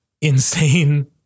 insane